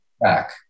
back